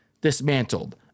dismantled